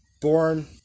born